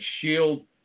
shield